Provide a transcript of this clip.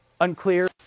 unclear